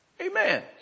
Amen